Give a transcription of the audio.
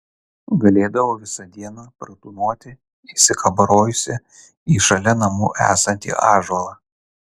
galėdavau visą dieną pratūnoti įsikabarojusi į šalia namų esantį ąžuolą